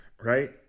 right